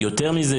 יותר מזה.